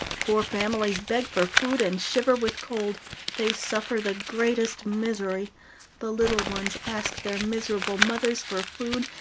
poor families beg for food and shiver with cold they suffer the greatest misery the little ones ask their miserable mothers for food,